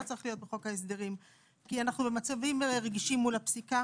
צריך להיות בחוק ההסדרים כי אנחנו במצבים רגישים מול הפסיקה.